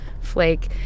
flake